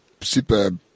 super